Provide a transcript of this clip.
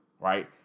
right